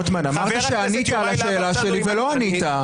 רוטמן, אמרת שענית על השאלה שלי, ולא ענית.